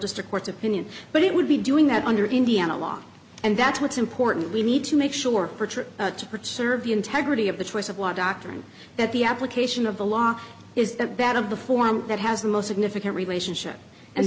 district court's opinion but it would be doing that under indiana law and that's what's important we need to make sure to preserve the integrity of the choice of what doctor and that the application of the law is that that of the form that has the most significant relationship and